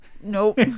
Nope